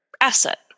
asset